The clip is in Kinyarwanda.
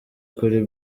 kuri